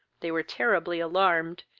they were terribly alarmed,